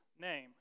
name